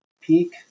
peak